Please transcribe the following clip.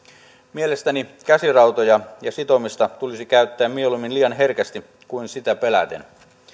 mielestäni käsirautoja ja sitomista tulisi käyttää mieluummin liian herkästi kuin sitä peläten